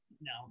No